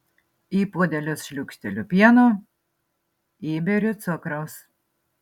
į puodelius šliūkšteliu pieno įberiu cukraus